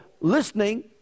listening